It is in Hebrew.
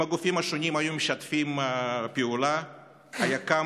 אם הגופים השונים היו משתפים פעולה היה קם